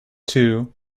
too